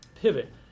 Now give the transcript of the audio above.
pivot